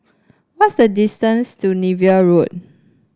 what is the distance to Niven Road